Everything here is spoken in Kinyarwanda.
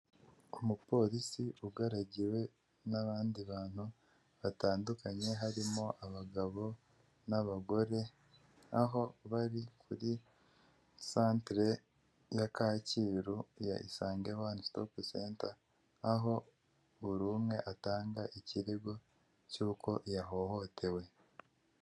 Umupolisi ugaragiwe n'abandi bantu batandukanye harimo abagabo n'abagore, aho bari kuri santire ya Kacyiru ya isange wani sitopu senta, aho buri umwe atanga ikirego cy'uko yahohotewe.